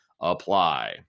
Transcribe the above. apply